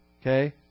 Okay